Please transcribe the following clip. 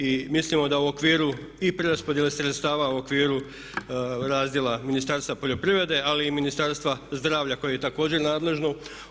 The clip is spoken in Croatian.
I mislimo da u okviru i preraspodjele sredstava, u okviru razdjela Ministarstva poljoprivrede ali i Ministarstva zdravlja koje je također nadležno.